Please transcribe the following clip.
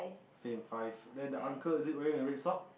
same five then the uncle is it wearing a red sock